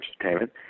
Entertainment